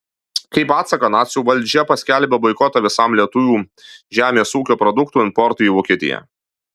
kaip atsaką nacių valdžia paskelbė boikotą visam lietuvių žemės ūkio produktų importui į vokietiją